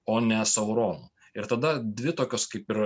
o ne sauronu ir tada dvi tokios kaip ir